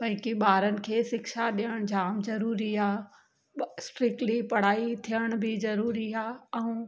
बल्क़ी ॿारनि खे शिक्षा ॾियणु जाम ज़रूरी आहे ब स्ट्रीक्टली पढ़ाई थियणु बि ज़रूरी आहे ऐं